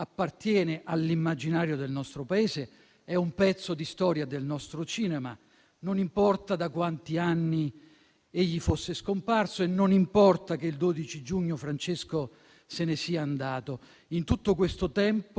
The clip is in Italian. appartiene all'immaginario del nostro Paese, è un pezzo di storia del nostro cinema. Non importa da quanti anni egli fosse scomparso e non importa che il 12 giugno Francesco se ne sia andato. In tutto questo tempo